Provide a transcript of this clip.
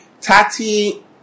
Tati